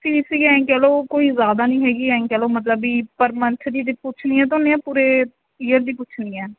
fees ਵੀ ਐਂ ਕਹਿ ਲਉ ਕੋਈ ਜ਼ਿਆਦਾ ਨਹੀਂ ਹੈਗੀ ਐਂਈ ਕਹਿ ਲਉ ਮਤਲਬ ਬੀ ਪਰ ਮੰਥ ਦੀ ਜੇ ਪੁੱਛਣੀ ਹੈ ਕਿ ਪੂਰੇ ਈਅਰ ਦੀ ਪੁੱਛਣੀ ਹੈ